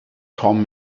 kaum